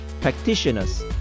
practitioners